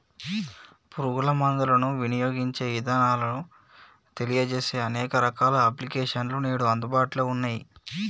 పురుగు మందులను వినియోగించే ఇదానాలను తెలియజేసే అనేక రకాల అప్లికేషన్స్ నేడు అందుబాటులో ఉన్నయ్యి